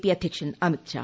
P അധ്യക്ഷൻ അമിത്ഷാ